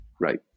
Right